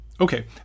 Okay